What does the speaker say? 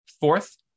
Fourth